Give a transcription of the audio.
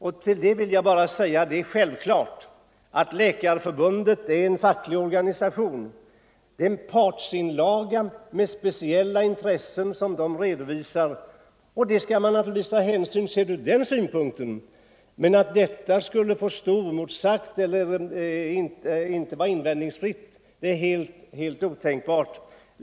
Läkarförbundet är ju en facklig organisation, och dess yttrande är alltså en partsinlaga som bygger på speciella intressen. Man skall naturligtvis ta hänsyn till detta yttrande, sett från den synpunkten, men att det skulle få stå oemotsagt eller vara invändningsfritt är helt otänkbart.